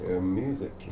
music